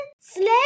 sled